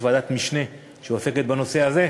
יש ועדת משנה שעוסקת בנושא הזה.